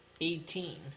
eighteen